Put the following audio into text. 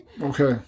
Okay